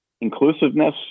inclusiveness